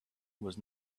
was